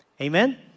amen